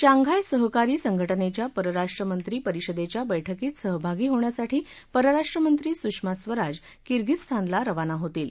Shanghai सहकारी संघटनेच्या परराष्ट्र मंत्री परिषदेच्या बैठकीत सहभागी होण्यासाठी परराष्ट्र मंत्री सुषमा स्वराज किर्गीझीस्तानला रवाना होतील